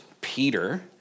Peter